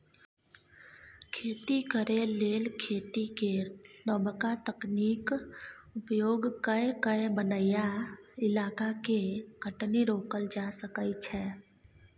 खेती करे लेल खेती केर नबका तकनीक उपयोग कए कय बनैया इलाका के कटनी रोकल जा सकइ छै